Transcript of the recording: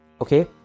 Okay